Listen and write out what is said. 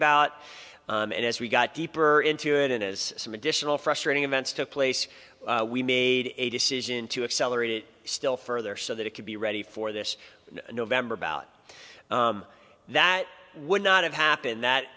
about and as we got deeper into it and as some additional frustrating events took place we made a decision to accelerate it still further so that it could be ready for this november bout that would not have ha